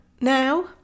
now